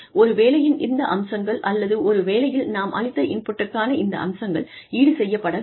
ஒரு வேலையின் இந்த அம்சங்கள் அல்லது ஒரு வேலையில் நாம் அளித்த இன்புட்கான இந்த அம்சங்கள் ஈடு செய்யப் பட வேண்டும்